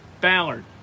Ballard